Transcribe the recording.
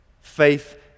faith